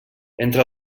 entre